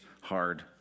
hard